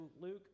Luke